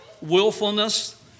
willfulness